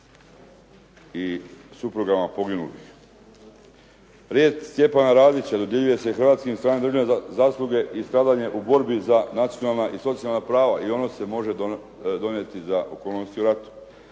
i suprugama poginulih. "Red Stjepana Radića" dodjeljuje se hrvatskim i stranim državljanima za zasluge i stradanje u borbi za nacionalna i socijalna prava. I ono se može donijeti za okolnosti u radu.